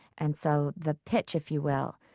and so the pitch, if you will,